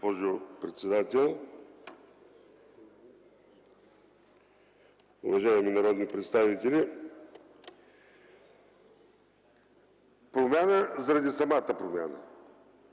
госпожо председател. Уважаеми народни представители, правим промяна заради самата промяна!